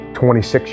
26